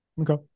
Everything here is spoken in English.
Okay